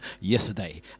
yesterday